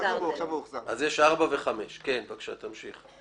בבקשה, תמשיך.